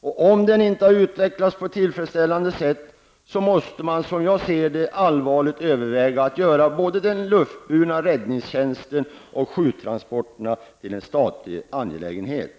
Om den inte har utvecklats på ett tillfredsställande sätt måste man, som jag ser det, allvarligt överväga att göra både den luftburna räddningstjänsten och sjuktransporterna till en statlig angelägenhet.